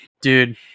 dude